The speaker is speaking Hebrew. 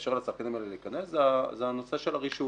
יאפשר לצרכנים האלה להיכנס, זה הנושא של הרישוי.